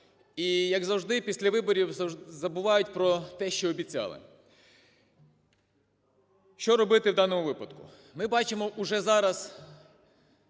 І, як завжди, після виборів забувають про те, що обіцяли. Що робити в даному випадку? Ми бачимо уже зараз